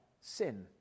sin